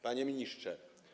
Panie Ministrze!